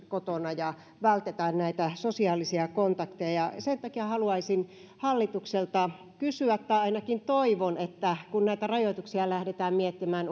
kotona ja vältetään sosiaalisia kontakteja sen takia haluaisin hallitukselta kysyä tai ainakin toivon että kun näitä rajoituksia lähdetään miettimään